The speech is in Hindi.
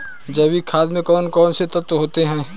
जैविक खाद में कौन कौन से तत्व होते हैं?